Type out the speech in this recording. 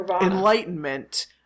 enlightenment